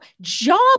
job